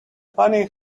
funny